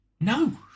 No